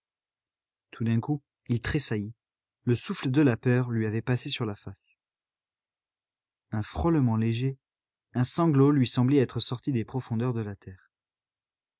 tout d'un coup il tressaillit le souffle de la peur lui avait passé sur la face un frôlement léger un sanglot lui semblait être sorti des profondeurs de la terre